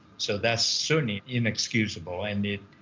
so that's certainly inexcusable, and it,